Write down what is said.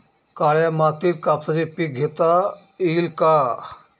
काळ्या मातीत कापसाचे पीक घेता येईल का?